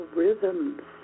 rhythms